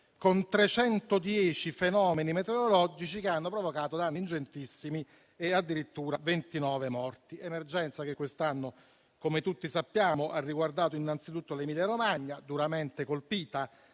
con 310 fenomeni meteorologici che hanno provocato danni ingentissimi e addirittura 29 morti. È un'emergenza che quest'anno - come tutti sappiamo - ha riguardato innanzitutto l'Emilia Romagna, duramente colpita